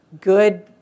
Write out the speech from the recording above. good